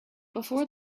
before